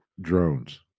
drones